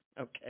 okay